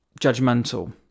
judgmental